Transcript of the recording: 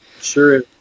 Sure